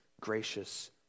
gracious